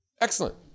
Excellent